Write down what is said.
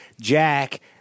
Jack